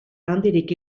handirik